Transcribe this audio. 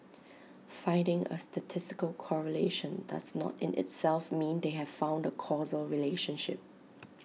finding A statistical correlation does not in itself mean they have found A causal relationship